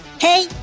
Hey